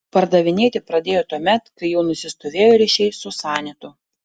pardavinėti pradėjo tuomet kai jau nusistovėjo ryšiai su sanitu